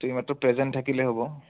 তুমি মাত্ৰক প্ৰেজেণ্ট থাকিলেই হ'ব